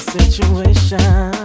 situation